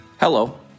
Hello